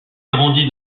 grandi